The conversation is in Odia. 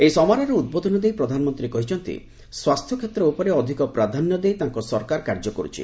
ଏହି ସମାରୋହରେ ଉଦ୍ବୋଧନ ଦେଇ ପ୍ରଧାନମନ୍ତ୍ରୀ କହିଛନ୍ତି ସ୍ୱାସ୍ଥ୍ୟ କ୍ଷେତ୍ର ଉପରେ ଅଧିକ ପ୍ରାଧାନ୍ୟ ଦେଇ ତାଙ୍କ ସରକାର କାର୍ଯ୍ୟ କରୁଛି